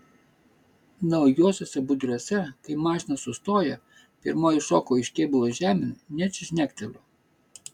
naujuosiuose budriuose kai mašina sustoja pirmoji šoku iš kėbulo žemėn net žnekteliu